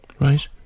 right